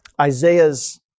Isaiah's